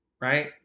right